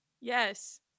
Yes